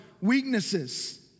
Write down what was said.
weaknesses